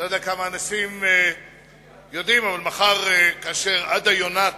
אני לא יודע כמה אנשים יודעים מחר, עדה יונת